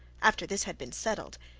after this had been settled,